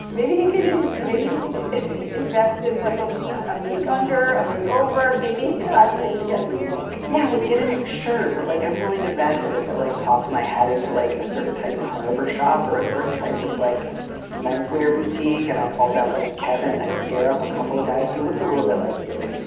and maybe he didn't. maybe he could invest in like a a make under a make over a. yeah i for him to get a new look. yeah. get a new shirt. but like i'm willing to bet that if i, like, popped my head into like a certain type of barbershop or a certain type of like menswear boutique. and i called out like kevin, i'd scare up a couple of guys who looked a little bit like you.